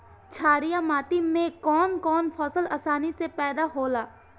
छारिया माटी मे कवन कवन फसल आसानी से पैदा होला?